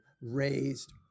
raised